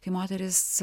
kai moteris